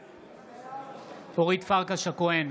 בעד אורית פרקש הכהן,